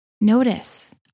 notice